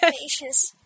patience